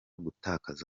gutakaza